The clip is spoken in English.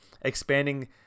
expanding